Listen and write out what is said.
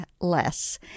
less